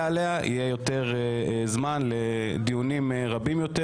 עליה יהיה יותר זמן לדיוני עומק רבים יותר.